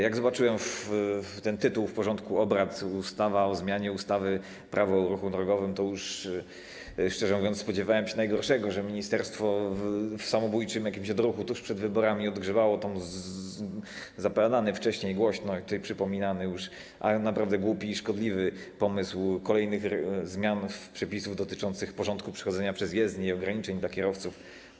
Jak zobaczyłem ten tytuł w porządku obrad: ustawa o zmianie ustawy - Prawo o ruchu drogowym, to już, szczerze mówiąc, spodziewałem się najgorszego, że ministerstwo w samobójczym jakimś odruchu tuż przed wyborami odgrzebało ten zapowiadany wcześniej głośno i tutaj przypominany już, ale naprawdę głupi i szkodliwy pomysł kolejnych zmian przepisów dotyczących porządku przechodzenia przez jezdnię i ograniczeń dla kierowców.